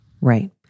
Right